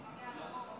אדוני היושב בראש,